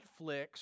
Netflix